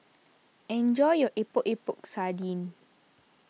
enjoy your Epok Epok Sardin